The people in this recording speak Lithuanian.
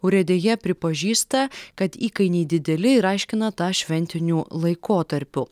urėdija pripažįsta kad įkainiai dideli ir aiškina tą šventiniu laikotarpiu